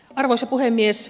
arvoisa puhemies